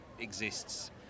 exists